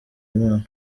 imana